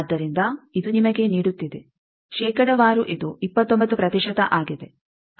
ಆದ್ದರಿಂದ ಇದು ನಿಮಗೆ ನೀಡುತ್ತಿದೆ ಶೇಕಡಾವಾರು ಇದು 29 ಪ್ರತಿಶತ ಆಗಿದೆ